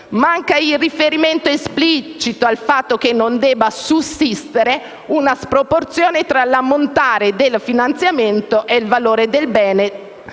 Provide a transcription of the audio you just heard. Manca il riferimento esplicito al fatto che non debba sussistere una sproporzione tra l'ammontare del finanziamento e il valore del bene